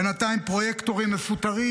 בינתיים פרויקטורים מפוטרים,